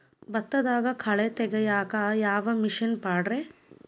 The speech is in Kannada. ಭತ್ತದಾಗ ಕಳೆ ತೆಗಿಯಾಕ ಯಾವ ಮಿಷನ್ ಪಾಡ್ರೇ?